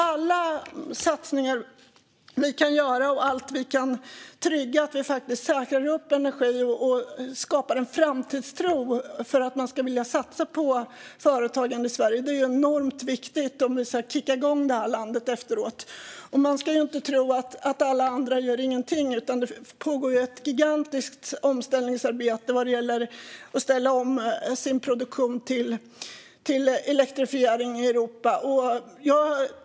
Alla satsningar vi kan göra och allt vi kan trygga så att vi säkrar upp energi och skapar en framtidstro för att man ska vilja satsa på företagande i Sverige är enormt viktigt om vi ska kicka igång det här landet efteråt. Man ska inte tro att alla andra gör ingenting. Det pågår ett gigantiskt omställningsarbete vad gäller att ställa om sin produktion till elektrifiering i Europa.